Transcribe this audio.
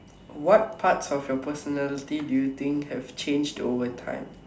what parts of your personality do you think have changed over time